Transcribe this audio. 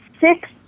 six